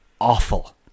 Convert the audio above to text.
awful